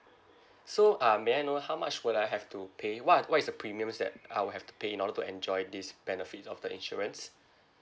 so um may I know how much would I have to pay what are what is the premiums that I'll have to pay in order to enjoy this benefit of the insurance